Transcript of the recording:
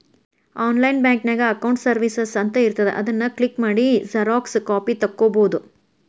online ಬ್ಯಾಂಕಿನ್ಯಾಗ accounts services ಅಂತ ಇರ್ತಾದ ಅದನ್ ಕ್ಲಿಕ್ ಮಾಡಿ ಝೆರೊಕ್ಸಾ ಕಾಪಿ ತೊಕ್ಕೊಬೋದು